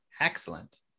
Excellent